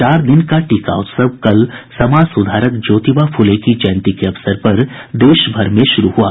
चार दिन का टीका उत्सव कल समाज सुधारक ज्योतिबा फूले की जयंती के अवसर पर देशभर में शुरू हुआ